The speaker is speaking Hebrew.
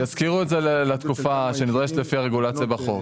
ישכירו את זה לתקופה שנדרשת לפי הרגולציה בחוק.